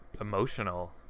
emotional